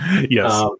Yes